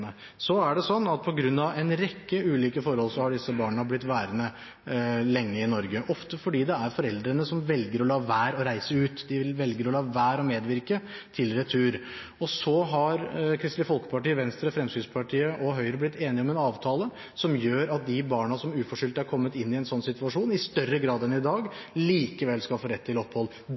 Så er det sånn at på grunn av en rekke ulike forhold har disse barna blitt værende lenge i Norge – ofte fordi foreldrene velger å la være å reise ut. De velger å la være å medvirke til retur. Så har Kristelig Folkeparti, Venstre, Fremskrittspartiet og Høyre blitt enige om en avtale som gjør at de barna som uforskyldt har kommet inn i en sånn situasjon, i større grad enn i dag likevel skal få rett til opphold.